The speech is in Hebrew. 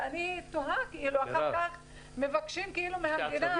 ואני תוהה, אחר כך מבקשים מהמדינה